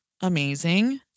amazing